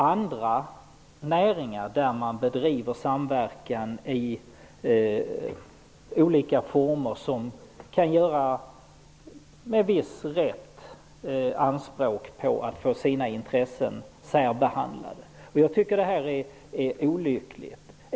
Andra näringar, där man bedriver samverkan i olika former, kan med viss rätt göra anspråk på att få sina intressen särbehandlade. Jag tycker att det här är olyckligt.